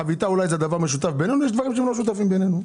אולי החביתה משותפת לנו אבל יש דברים שלא משותפים לנו.